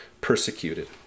persecuted